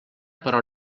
però